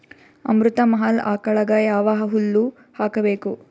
ಅಮೃತ ಮಹಲ್ ಆಕಳಗ ಯಾವ ಹುಲ್ಲು ಹಾಕಬೇಕು?